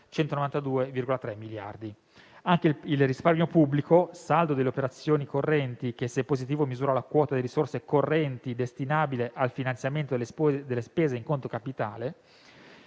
192,3 miliardi di euro. Anche il risparmio pubblico (saldo delle operazioni correnti, che, se positivo, misura la quota di risorse correnti destinabile al finanziamento delle spese in conto capitale),